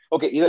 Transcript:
Okay